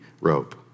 rope